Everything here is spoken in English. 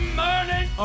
morning